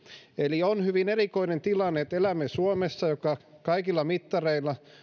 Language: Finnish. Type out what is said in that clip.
eli on hyvin erikoinen tilanne että elämme suomessa joka kaikilla mittareilla